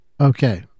Okay